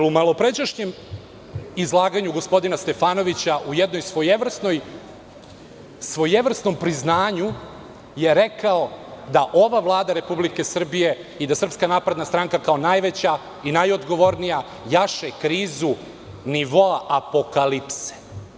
U malopređašnjem izlaganju gospodina Stefanovića, u jednom svojevrsnom priznanju je rekao da ova Vlada Republike Srbije i SNS, kao najveća i najodgovornija, jaše krizu nivoa apokalipse.